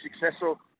successful